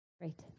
Great